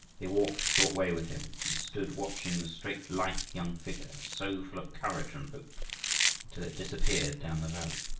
they walked a short way with him, and stood watching the straight, lithe young figure, so full of courage and hope until it disappeared down the valley.